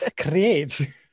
create